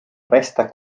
resta